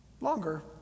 longer